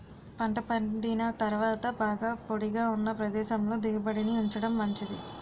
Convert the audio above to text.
పంట పండిన తరువాత బాగా పొడిగా ఉన్న ప్రదేశంలో దిగుబడిని ఉంచడం మంచిది